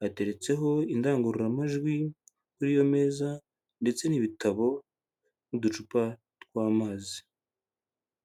hateretseho indangururamajwi kuri iyo meza ndetse n'ibitabo n'uducupa tw'amazi.